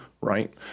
right